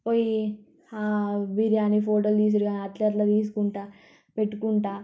పొయ్యి బిర్యానీ ఫోటోలు తీసుడు గానీ అట్ల అట్ల తీసుకుంటూ పెట్టుకుంటూ